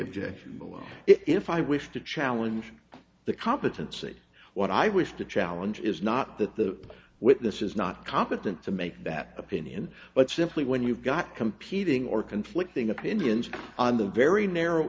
objection if i wish to challenge the competency what i wish to challenge is not that the witness is not competent to make that opinion but simply when you've got competing or conflicting opinions on the very narrow